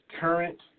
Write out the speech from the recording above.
current